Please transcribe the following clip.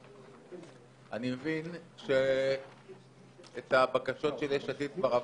אני מבין שאת הבקשות של יש עתיד כבר עברנו.